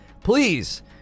Please